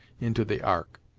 into the ark.